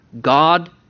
God